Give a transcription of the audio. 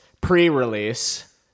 pre-release